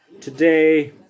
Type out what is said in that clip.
today